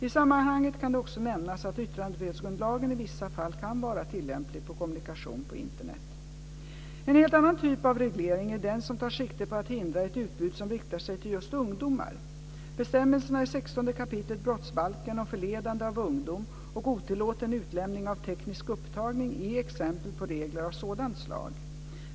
I sammanhanget kan det också nämnas att yttrandefrihetsgrundlagen i vissa fall kan vara tillämplig på kommunikation på Internet. En helt annan typ av reglering är den som tar sikte på att hindra ett utbud som riktar sig till just ungdomar. Bestämmelserna i 16 kap. brottsbalken om förledande av ungdom och otillåten utlämning av teknisk upptagning är exempel på regler av sådant slag.